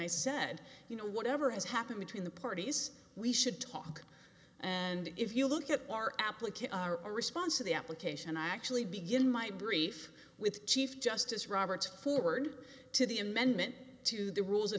nice said you know whatever has happened between the parties we should talk and if you look at our application our response to the application i actually begin my brief with chief justice roberts forward to the amendment to the rules